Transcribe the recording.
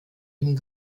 dem